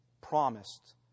promised